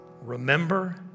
remember